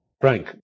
Frank